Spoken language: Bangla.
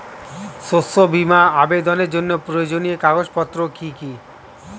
শস্য বীমা আবেদনের জন্য প্রয়োজনীয় কাগজপত্র কি কি?